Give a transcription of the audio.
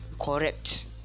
correct